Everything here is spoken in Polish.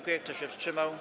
Kto się wstrzymał?